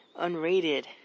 unrated